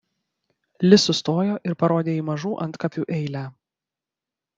li sustojo ir parodė į mažų antkapių eilę